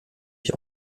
ich